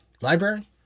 library